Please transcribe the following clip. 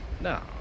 No